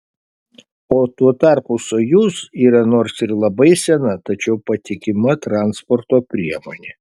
o tuo tarpu sojuz yra nors ir labai sena tačiau patikima transporto priemonė